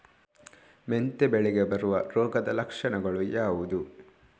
ಮೆಂತೆ ಬೆಳೆಗೆ ಬರುವ ರೋಗದ ಲಕ್ಷಣಗಳು ಯಾವುದು?